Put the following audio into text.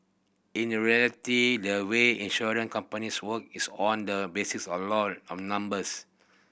in the reality the way insurance companies work is on the basis of law of numbers